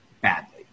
badly